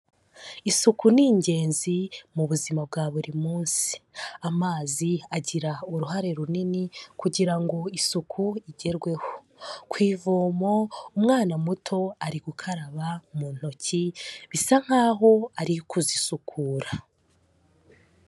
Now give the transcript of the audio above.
Isuku ni ingenzi mu buzima bwa buri munsi, amazi agira uruhare runini kugira ngo isuku igerweho, ku ivomo umwana muto ari gukaraba mu ntoki, bisa nkaho ari kuzisukura.